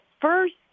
first